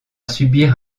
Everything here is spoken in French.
subir